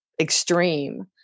extreme